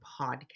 podcast